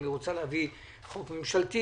אם הוא רוצה להביא חוק ממשלתי,